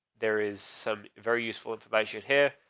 there is some very useful device you'd hear.